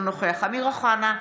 אינו נוכח אמיר אוחנה,